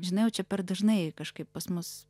žinau jau čia per dažnai kažkaip pas mus